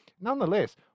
nonetheless